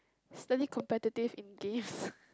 slightly competitive in games